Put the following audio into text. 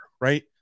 right